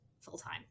full-time